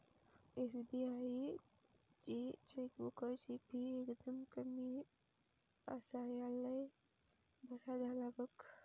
SBI ची चेकबुकाची fee एकदम कमी आसा, ह्या लय बरा झाला बघ